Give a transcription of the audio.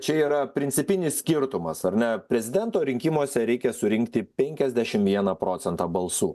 čia yra principinis skirtumas ar ne prezidento rinkimuose reikia surinkti penkiasdešim vieną procentą balsų